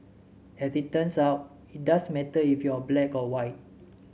as it turns out it does matter if you're black or white